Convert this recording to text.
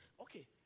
okay